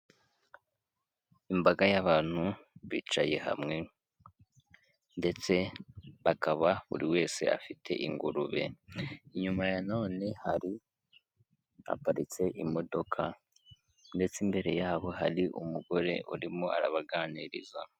Imbaga y'abantu bicaye hamwe ndetse bakaba buri wese afite ingurube, inyuma ya none hari haparitse imodoka ndetse imbere yabo hari umugore urimo arabaganiriza.